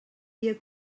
dia